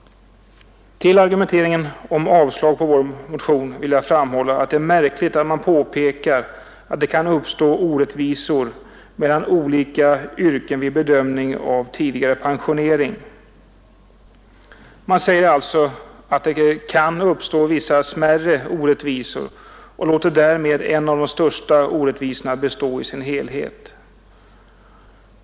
Till argumenteringen om avslag på vår motion vill jag framhålla att det är märkligt att man pekar på att det kan uppstå orättvisor mellan olika yrken vid bedömningen av tidigare pensionering. Man säger alltså att det kan uppstå vissa smärre orättvisor och låter därmed en av de största orättvisorna bestå i sin helhet.